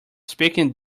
speaking